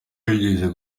yigeze